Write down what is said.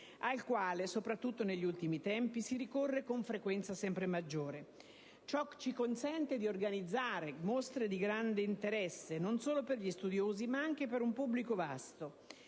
al quale, soprattutto negli ultimi tempi, si ricorre con frequenza sempre maggiore. Ciò ci consente di organizzare mostre di grande interesse, non solo per gli studiosi, ma anche per un vasto